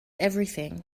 everything